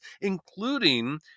including